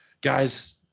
Guys